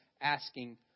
asking